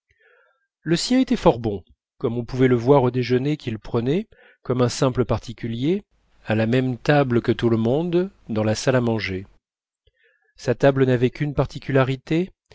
le sien était fort bon comme on pouvait le voir au déjeuner qu'il prenait comme un simple particulier à la même table que tout le monde dans la salle à manger sa table n'avait qu'une particularité